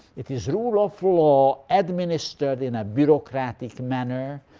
it is rule of law administered in a bureaucratic manner.